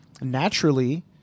naturally